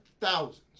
thousands